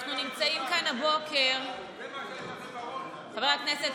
אנחנו נמצאים כאן הבוקר, חבר הכנסת רם בן ברק.